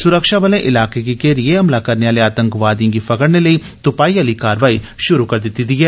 सुरक्षा बलें इलाके गी घेरिए हमला करने आले आतंकवादिएं गी फगड़ने लेई तुपाई आली कार्रवाई शुरू कीती दी ऐ